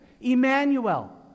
Emmanuel